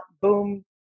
boom